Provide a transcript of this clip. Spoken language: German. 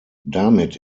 damit